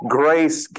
grace